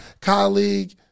colleague